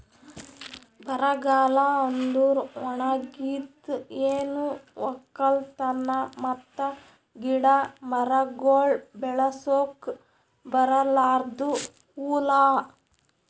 ಬರಗಾಲ ಅಂದುರ್ ಒಣಗಿದ್, ಏನು ಒಕ್ಕಲತನ ಮತ್ತ ಗಿಡ ಮರಗೊಳ್ ಬೆಳಸುಕ್ ಬರಲಾರ್ದು ಹೂಲಾ